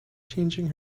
changing